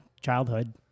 childhood